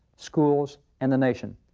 schools, and the nation.